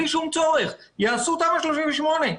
יעשו תמ"א 38,